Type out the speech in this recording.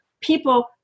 people